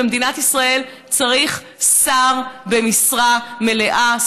במדינת ישראל צריך שר במשרה מלאה,